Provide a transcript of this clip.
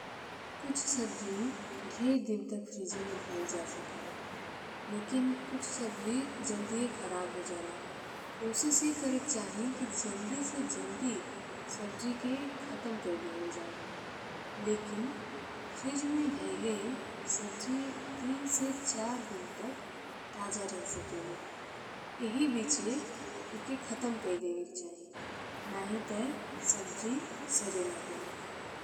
कुछ सब्जी ढेर दिन तक फ्रिजवा में धइल जा सकेल लेकिन कुछ सब्जी जल्दीए खराब हो जाला। कोशिश ए करे के चाही कि जल्दी से जल्दी सब्जी के खत्म कइ दिहल जाये, लेकिन फ्रिज में धइल सब्जी तीन से चार दिन तक ताजा रही सकेले। इहि बीच ओकर खातम कइ देवे के चाही, नाहीं ते सब्जी सड़ए लगेले।